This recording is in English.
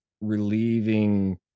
relieving